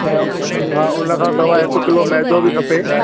ऐं हा उन खां सवाइ हिकु किलो मैदो बि खपे